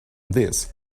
this